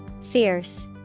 Fierce